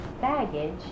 baggage